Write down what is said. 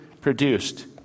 produced